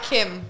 Kim